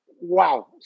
wow